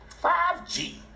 5G